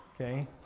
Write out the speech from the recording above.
okay